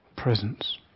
presence